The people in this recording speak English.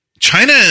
China